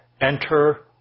Enter